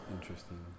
interesting